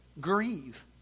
grieve